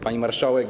Pani Marszałek!